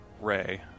Ray